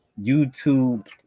youtube